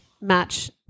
match